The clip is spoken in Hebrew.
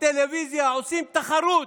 טלוויזיה, עושים תחרות